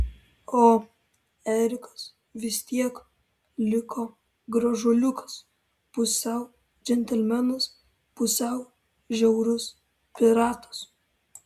o erikas vis tiek liko gražuoliukas pusiau džentelmenas pusiau žiaurus piratas